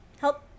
Help